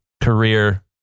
career